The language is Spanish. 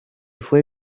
fue